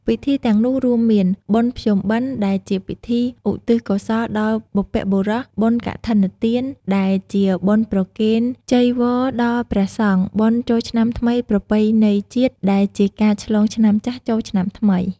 ពិធីទាំងនោះរួមមាន បុណ្យភ្ជុំបិណ្ឌ ដែលជាពិធីឧទ្ទិសកុសលដល់បុព្វបុរស, បុណ្យកឋិនទាន ដែលជាបុណ្យប្រគេនចីវរដល់ព្រះសង្ឃ, បុណ្យចូលឆ្នាំថ្មីប្រពៃណីជាតិ ដែលជាការឆ្លងឆ្នាំចាស់ចូលឆ្នាំថ្មី។